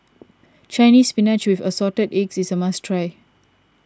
Chinese Spinach with Assorted Eggs is a must try